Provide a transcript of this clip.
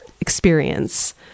experience